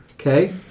Okay